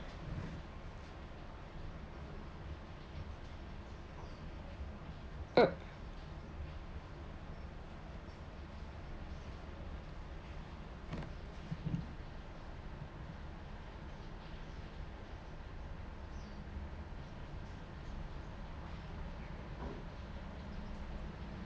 mm